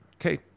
okay